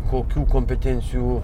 kokių kompetencijų